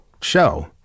show